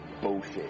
bullshit